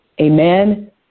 Amen